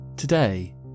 Today